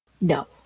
No